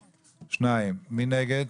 2. מי נגד?